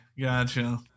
Gotcha